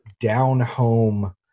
down-home